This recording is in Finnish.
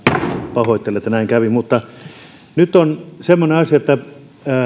pahoittelen että näin kävi nyt on semmoinen asia että